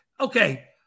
Okay